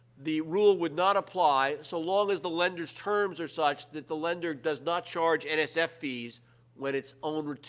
the rule would not apply, so long as the lender's terms are such that the lender does not charge and nsf ah fees when its own,